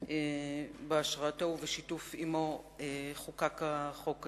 שבהשראתו ובשיתוף עמו חוקק החוק הזה.